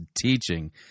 teaching